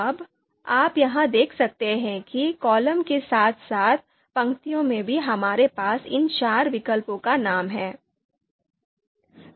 अब आप यहां देख सकते हैं कि कॉलम के साथ साथ पंक्तियों में भी हमारे पास इन चार विकल्पों का नाम है